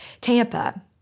Tampa